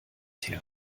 her